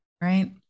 right